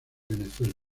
venezuela